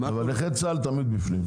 אבל נכי צה"ל תמיד בפנים.